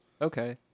okay